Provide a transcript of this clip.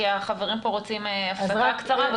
כי החברים פה רוצים הפסקה קצרה,